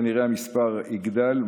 וכנראה המספר יגדל,